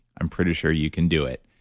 i'm pretty sure you can do it.